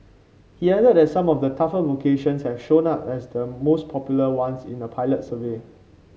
he added that some of the tougher vocations has shown up as the most popular ones in a pilot survey